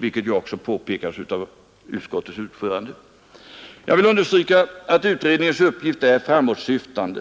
Detta har också redan påpekats av utskottets ordförande. Jag vill understryka att utredningens uppgift är framåtsyftande